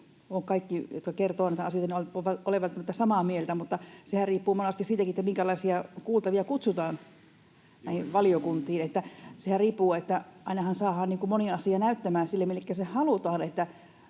kaikki, jotka kertovat niitä asioita, ole samaa mieltä, mutta sehän riippuu monesti siitäkin, minkälaisia kuultavia kutsutaan näihin valiokuntiin. Ainahan saadaan moni asia näyttämään sille, millekä se halutaan,